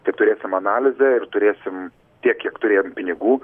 tik turėsim analizę ir turėsim tiek kiek turėjom pinigų